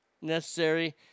Necessary